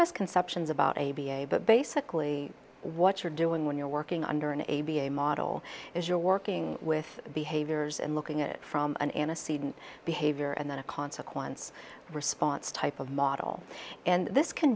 misconceptions about a b a but basically what you're doing when you're working under an a b a model is you're working with behaviors and looking at it from an innocent behavior and then a consequence response type of model and this can